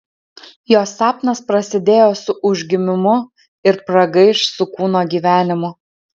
jo sapnas prasidėjo su užgimimu ir pragaiš su kūno gyvenimu